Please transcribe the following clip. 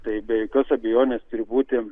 tai be jokios abejonės turi būti